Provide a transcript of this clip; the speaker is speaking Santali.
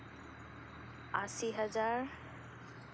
ᱟᱥᱤ ᱦᱟᱡᱟᱨ